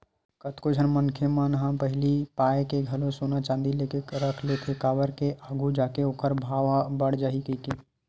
कतको झन मनखे मन ह पहिली ए पाय के घलो सोना चांदी लेके रख लेथे काबर के आघू जाके ओखर भाव ह बड़ जाही कहिके